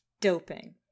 Doping